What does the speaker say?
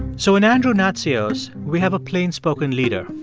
so in andrew natsios, we have a plainspoken leader.